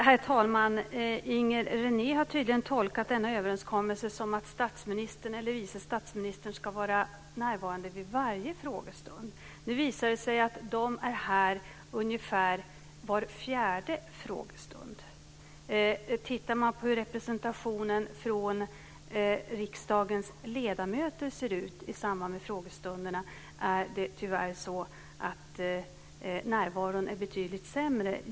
Herr talman! Inger René har tydligen tolkat denna överenskommelse som att statsministern eller vice statsministern ska vara närvarande vid varje frågestund. Nu visar det sig att de är här ungefär var fjärde frågestund. När det gäller representationen från riksdagens ledamöter i samband med frågestunderna är närvaron betydligt sämre.